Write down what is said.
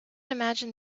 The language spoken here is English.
imagine